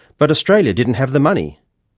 but australia didn't have the money.